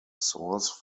source